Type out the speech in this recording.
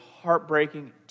heartbreaking